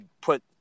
put